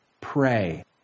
Pray